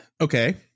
Okay